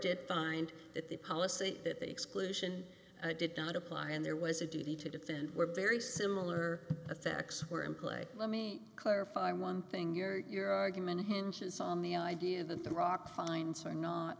did find that the policy that the exclusion did not apply and there was a duty to defend were very similar effects were in play let me clarify one thing your your argument hinges on the idea that the rock finds